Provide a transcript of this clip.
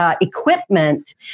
equipment